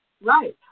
Right